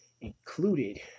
included